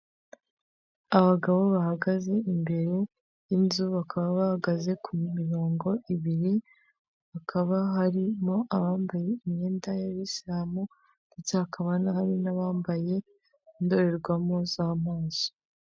Abagabo bahagaze imbere y'inzu, bakaba bahagaze ku mirongo ibiri, hakaba harimo abambaye imyenda y'abisilamu ndetse hakaba hari n'abambaye indorerwamo z'amaso.